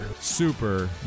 super